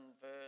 verse